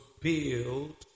build